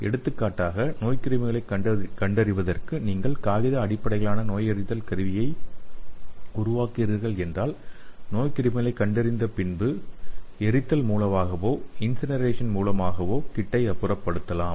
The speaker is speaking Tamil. எடுத்துக்காட்டாக நோய்க்கிருமிகளைக் கண்டறிவதற்கு நீங்கள் காகித அடிப்படையிலான நோயறிதல் கருவியை உருவாக்குகிறீர்கள் என்றால் நோய்க்கிருமிகளைக் கண்டறிந்த பிறகு எரித்தல் மூலமாகவோ இன்சினரேஷன் மூலமாகவோ கிட்டை அப்புறப்படுத்தலாம்